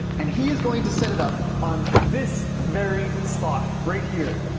and he is going to set it up on this very spot right here,